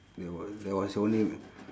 there was there was only